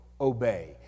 obey